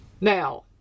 Now